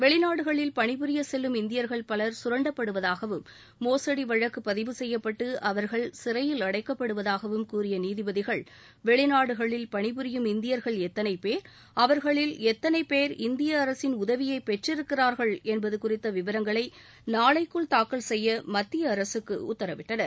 வெளிநாடுகளில் பணிபுரியச் செல்லும் இந்தியர்கள் பவர் கரண்டப்படுவதாகவும் மோசடி வழக்கு பதிவு செய்யப்பட்டு அவர்கள் சிறையில் அடைக்கப்படுவதாகவும் கூறிய நீதிபதிகள் வெளிநாடுகளில் பணிபுரியும் இந்தியர்கள் எத்தனைபேர் அவர்களில் எத்தனை பேர் இந்திய அரசின் உதவியைப் பெற்றிருக்கிறார்கள் என்பது குறித்த விவரங்களை நாளைக்குள் தாக்கல் செய்ய மத்திய அரசுக்கு உத்தரவிட்டனர்